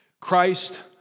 Christ